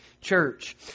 church